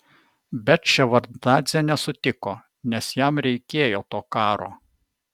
bet ševardnadzė nesutiko nes jam reikėjo to karo